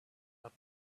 map